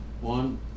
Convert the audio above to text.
One